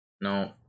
No